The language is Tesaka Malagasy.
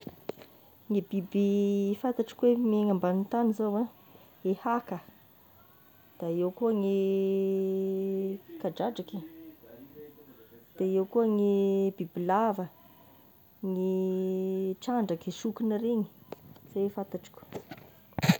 Gne biby fantatro ka hoe miaigna ambanin'ny tany zao a, ny haka da eo koa, gny kadradraky, de eo koa gny bibilava, gny trandraky, sokina reigny zay fantatriko.